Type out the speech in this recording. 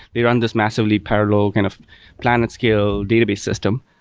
they are on this massively parallel kind of planet scale database system,